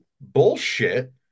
bullshit